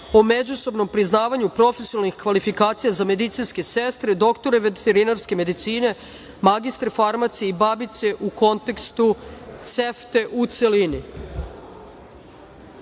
o međusobnom priznavanju profesionalnih kvalifikacija za medicinske sestre, doktore veterinarske medicine, magistre farmacije i babice u kontekstu CEFTA, u